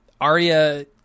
Arya